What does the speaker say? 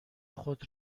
خود